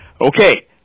Okay